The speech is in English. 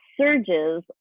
surges